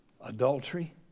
adultery